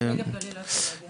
נגב גליל לא יכלו להגיע.